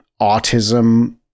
autism